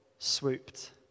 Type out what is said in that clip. Swooped